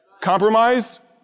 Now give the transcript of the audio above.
Compromise